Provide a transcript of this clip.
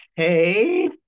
okay